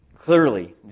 Clearly